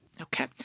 Okay